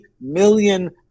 million